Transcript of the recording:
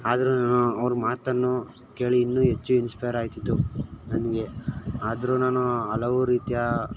ಆದರು ನಾನು ಅವ್ರ ಮಾತನ್ನು ಕೇಳಿ ಇನ್ನೂ ಹೆಚ್ಚು ಇನ್ಸ್ಪೈರ್ ಆಯ್ತಿತ್ತು ನನಗೆ ಆದರೂ ನಾನು ಹಲವು ರೀತಿಯ